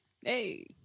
Hey